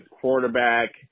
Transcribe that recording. quarterback